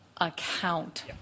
account